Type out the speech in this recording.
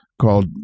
called